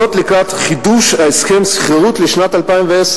לקראת חידוש הסכם השכירות לשנת 2010,